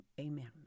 Amen